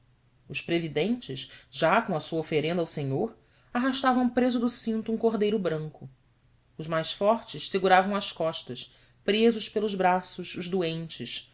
os previdentes já com a sua oferenda ao senhor arrastavam preso do cinto um cordeiro branco os mais fortes seguravam às costas presos pelos braços os doentes